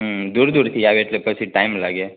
હમ્મ દૂર દૂરથી આવે એટલે પછી ટાઈમ લાગે